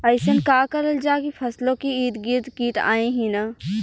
अइसन का करल जाकि फसलों के ईद गिर्द कीट आएं ही न?